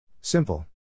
Simple